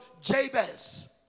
Jabez